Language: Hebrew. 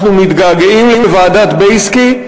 אנחנו מתגעגעים לוועדת בייסקי.